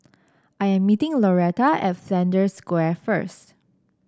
I am meeting Loretta at Flanders Square first